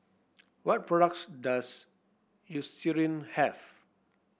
what products does Eucerin have